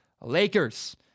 Lakers